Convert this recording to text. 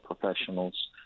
professionals